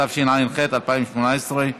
התשע"ח 2018,